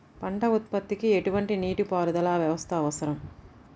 పంట ఉత్పత్తికి ఎటువంటి నీటిపారుదల వ్యవస్థ అవసరం?